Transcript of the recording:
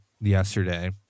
yesterday